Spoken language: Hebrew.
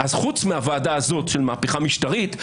חוץ מהוועדה האת של מהפכה משטרית,